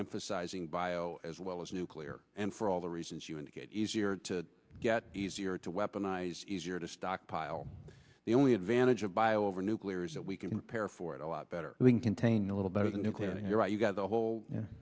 emphasizing bio as well as nuclear and for all the reasons you indicate easier to get easier to weaponize easier to stockpile the only advantage of bio over nuclear is that we can compare for it a lot better contain a little better than nuclear you're right you've got the whole y